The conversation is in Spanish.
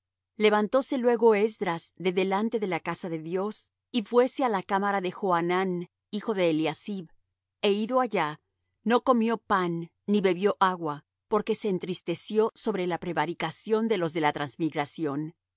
juraron levantóse luego esdras de delante la casa de dios y fuése á la cámara de johanán hijo de eliasib é ido allá no comió pan ni bebió agua porque se entristeció sobre la prevaricación de los de la transmigración